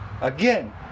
Again